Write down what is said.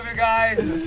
ah guys.